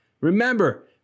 remember